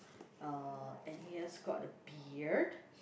uh and he has got a beard